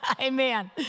amen